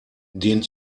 den